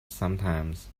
sometimes